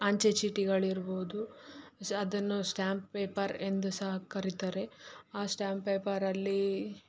ಅಂಚೆ ಚೀಟಿಗಳಿರ್ಬೌದು ಅದನ್ನು ಸ್ಟಾಂಪ್ ಪೇಪರ್ ಎಂದು ಸಹ ಕರೀತಾರೆ ಆ ಸ್ಟಾಂಪ್ ಪೇಪರಲ್ಲಿ